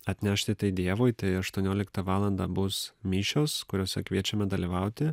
atnešti tai dievui tai aštuonioliktą valandą bus mišios kuriose kviečiame dalyvauti